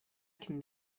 can